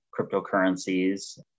cryptocurrencies